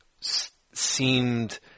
seemed